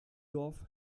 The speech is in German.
dorf